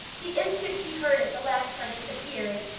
the instant he heard it the lascar disappeared,